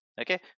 okay